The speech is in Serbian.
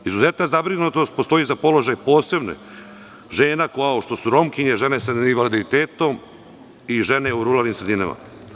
Izuzetna zabrinutost postoji za položaj posebnih žena kao što su Romkinje, žene sa invaliditetom i žene u raralnim sredinama.